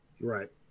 right